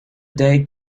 day